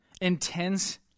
intense